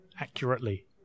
accurately